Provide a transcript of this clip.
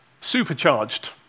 supercharged